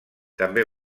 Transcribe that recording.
també